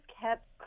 kept